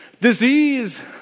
Disease